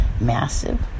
massive